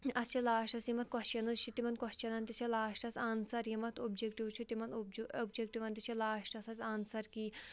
اَتھ چھِ لاسٹَس یِم اَتھ کۄسچَنٕز چھِ تِمَن کۄسچَنن تہِ چھِ لاسٹَس آنسَر یِم اَتھ اوٚبجکٹِو چھِ تِمَن اوٚبج اوٚبجَکٹِوَن تہِ چھِ لاسٹَس اَتھ آنسَر کی